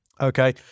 Okay